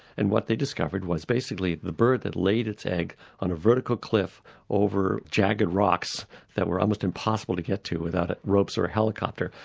and what they discovered was basically the bird that laid its egg on a vertical cliff over jagged rocks that were almost impossible to get to without ropes or a helicopter,